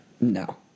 No